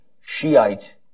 Shiite